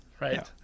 Right